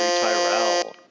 Tyrell